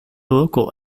local